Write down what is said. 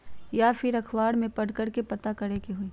या फिर अखबार में पढ़कर के पता करे के होई?